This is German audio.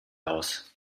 aus